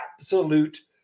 absolute